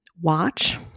watch